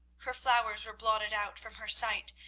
her flowers were blotted out from her sight,